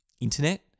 internet